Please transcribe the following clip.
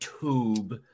tube